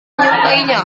menyukainya